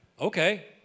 Okay